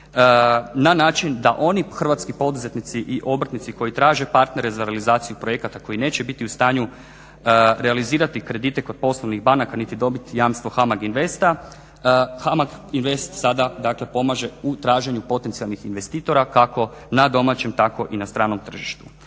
na način da oni hrvatski poduzetnici i obrtnici koji traže partnere za realizaciju projekata koji neće biti u stanju realizirati kredite kod poslovnih banaka niti dobiti jamstvo HAMAG INVESTA, HAMAG INVEST sada, dakle pomaže u traženju potencijalnih investitora kako na domaćem tako i na stranom tržištu.